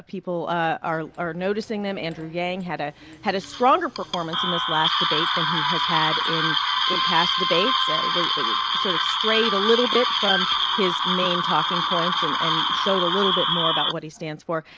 people ah are are noticing them. andrew yang had ah had a stronger performance in this last debate than he has had in in past debates. ah he sort of strayed a little bit from his main talking points and and showed a little bit more about what he stands for.